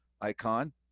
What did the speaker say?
icon